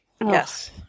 Yes